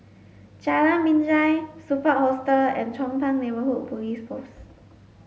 Jalan Binjai Superb Hostel and Chong Pang Neighbourhood Police Post